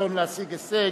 רצון להשיג הישג,